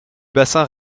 bassin